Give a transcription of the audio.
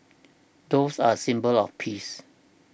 doves are a symbol of peace